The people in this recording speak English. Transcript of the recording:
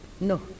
No